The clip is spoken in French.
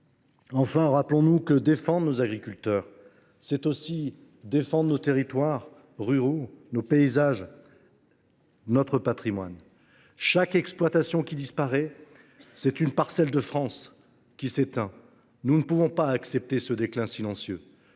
rester compétitifs. Défendre nos agriculteurs, c’est enfin défendre nos territoires ruraux, nos paysages et notre patrimoine. Chaque exploitation qui disparaît, c’est une parcelle de France qui s’éteint. Nous ne pouvons pas accepter ce déclin silencieux,